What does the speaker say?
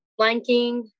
Blanking